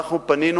אני פניתי,